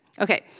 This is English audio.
Okay